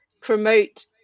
promote